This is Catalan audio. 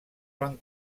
van